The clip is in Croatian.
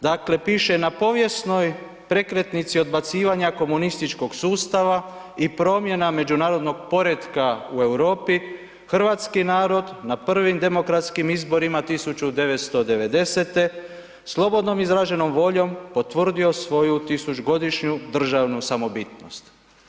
Dakle piše na povijesnoj prekretnici odbacivanja komunističkog sustava i promjena međunarodnog poretka u Europi hrvatski narod na prvim demokratskim izborima 1990. slobodnom izraženom voljom potvrdio svoju tisućgodišnju državnu samobitnost.